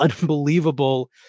unbelievable